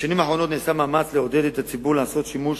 בשנים האחרונות נעשה מאמץ לעודד את הציבור לעשות שימוש